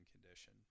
condition